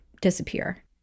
disappear